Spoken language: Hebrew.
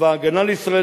צבא-הגנה לישראל,